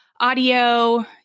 audio